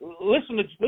listen